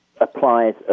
applies